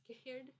scared